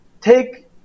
take